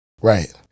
Right